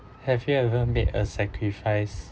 have you ever made a sacrifice